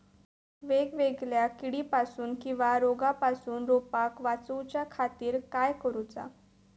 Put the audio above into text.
वेगवेगल्या किडीपासून किवा रोगापासून रोपाक वाचउच्या खातीर काय करूचा?